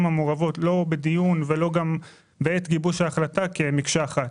המעורבות לא בדיון ולא בעת גיבוש ההחלטה כאל מקשה אחת,